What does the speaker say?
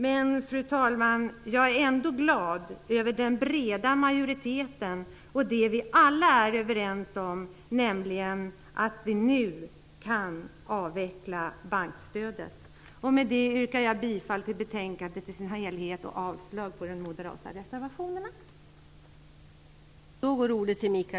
Men, fru talman, jag är ändå glad över den breda majoriteten och det vi alla är överens om, nämligen att vi nu kan avveckla bankstödet. Med det yrkar jag bifall till utskottets hemställan i dess helhet och avslag på de moderata reservationerna.